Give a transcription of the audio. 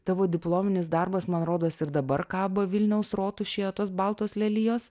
tavo diplominis darbas man rodos ir dabar kabo vilniaus rotušėje tos baltos lelijos